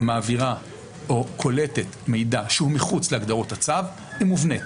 מעבירה או קולטת מידע שהוא מחוץ להגדרת הצו היא מובנית.